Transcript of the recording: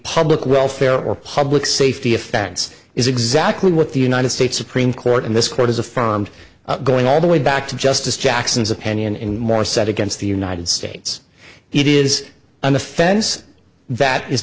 public welfare or public safety offense is exactly what the united states supreme court and this court is affirmed going all the way back to justice jackson's opinion in more set against the united states it is an offense that is